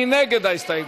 מי נגד ההסתייגות?